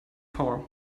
power